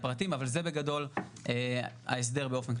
זה אחד הסעיפים שמופיע פה בחוק,